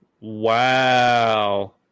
Wow